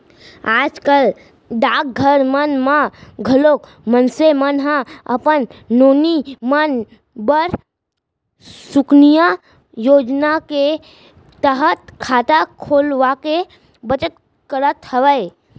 आज कल डाकघर मन म घलोक मनसे मन ह अपन नोनी मन बर सुकन्या योजना के तहत खाता खोलवाके बचत करत हवय